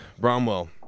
Bromwell